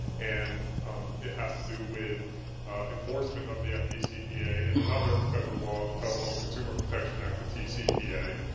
and it has to do with enforcement of the fdcpa and another federal law, the telephone consumer protection act, the tcpa.